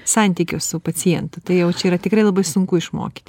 santykio su pacientu tai jau čia yra tikrai labai sunku išmokyti